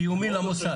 זה קיומי למוסד.